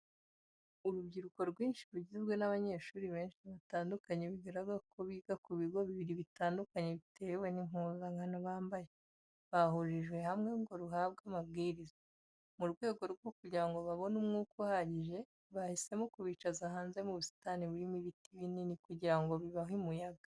Urubyiruko rwinshi rugizwe n'abanyeshuri benshi batandukanye bigaragara ko biga ku bigo bibiri bitandukanye bitewe n'impuzankano bambaye, rwahurijwe hamwe ngo ruhabwe amabwiriza. Mu rwego rwo kugira ngo babone umwuka uhagije, bahisemo kubicaza hanze mu busitani burimo ibiti binini kugira ngo bibahe umuyaga.